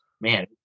man